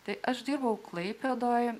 tai aš dirbau klaipėdoje